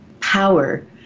power